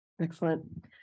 Excellent